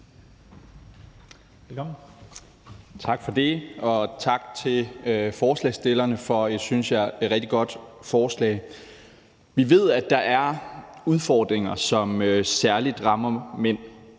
Tak for det, og tak til forslagsstillerne for et, synes jeg, rigtig godt forslag. Vi ved, at der er udfordringer, som særlig rammer mænd.